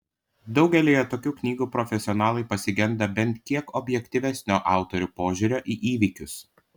daugelyje tokių knygų profesionalai pasigenda bent kiek objektyvesnio autorių požiūrio į įvykius